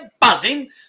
buzzing